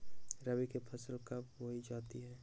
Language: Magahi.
रबी की फसल कब बोई जाती है?